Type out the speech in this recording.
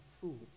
fool